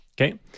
okay